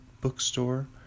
bookstore